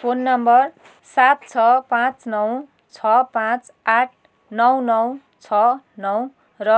phone number सात छ पाँच नौ छ पाँच आठ नौ नौ छ नौ र